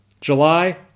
July